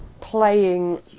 playing